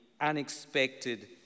unexpected